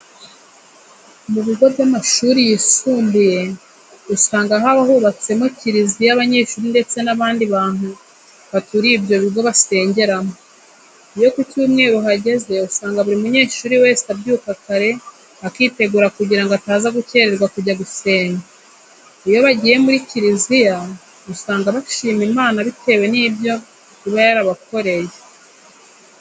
Mu bigo by'amashuri yisumbuye usanga haba hubatsemo kiriziya abanyeshuri ndetse n'abandi bantu baturiye ibyo bigo basengeramo. Iyo ku cyumweru hageze usanga buri munyeshuri wese abyuka kare akitegura kugira ngo ataza gukerererwa kujya gusenga. Iyo bagiye muri kiriziya usanga bashima Imana bitewe n'ibyo iba yarabakoreye.